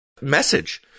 message